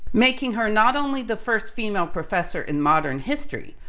making her not only the first female professor in modern history,